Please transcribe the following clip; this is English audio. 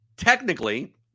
Technically